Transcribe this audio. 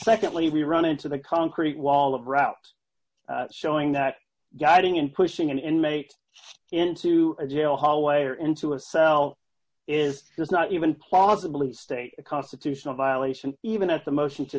secondly run into the concrete wall of route showing that guiding in pushing an inmate into a jail hallway or into a cell is just not even plausible and state constitutional violation even if the motion to